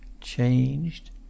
changed